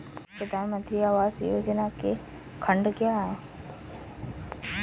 प्रधानमंत्री आवास योजना के खंड क्या हैं?